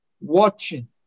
watching